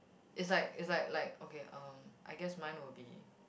it's like it's like like okay um I guess mine will be